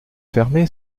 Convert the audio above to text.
fermé